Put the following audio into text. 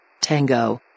Tango